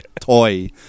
toy